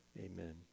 Amen